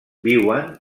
viuen